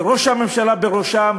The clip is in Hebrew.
וראש הממשלה בראשה,